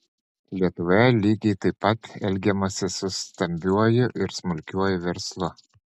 lietuvoje lygiai taip pat elgiamasi su stambiuoju ir smulkiuoju verslu